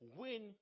win